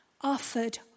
offered